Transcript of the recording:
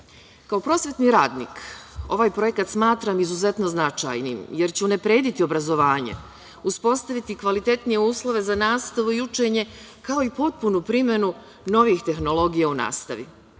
prosvetni radnik, ovaj projekat smatram izuzetno značajnim, jer će unaprediti obrazovanje, uspostaviti kvalitetnije uslove za nastavu i učenje kao i potpunu primenu novih tehnologija u nastavi.